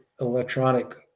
electronic –